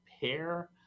pair